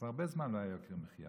כבר הרבה זמן לא היה יוקר מחיה.